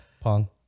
Pong